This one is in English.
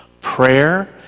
prayer